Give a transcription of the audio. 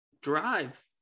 drive